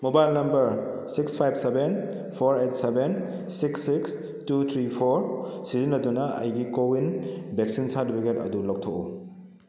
mobile number six five seven four eight seven six six two three four ꯁꯤꯖꯤꯟꯅꯗꯨꯅ ꯑꯩꯒꯤ CoWIN vaccine certificate ꯑꯗꯨ ꯂꯧꯊꯣꯛꯎ